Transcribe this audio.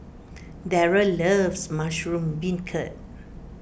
Darell loves Mushroom Beancurd